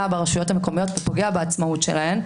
ברשויות המקומיות ופוגע בעצמאות שלהן,